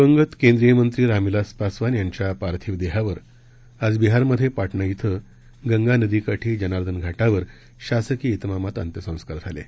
दिवंगत केंद्रीय मंत्री रामविलास पासवान यांच्या पार्थिव देहावर आज बिहारमधे पाटणा इथं गंगा नदीकाठी जनार्दन घाटावर शासकीय इतमामात अंत्यसंस्कार झाले